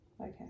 Okay